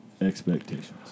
expectations